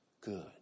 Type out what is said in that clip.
good